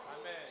Amen